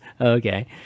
Okay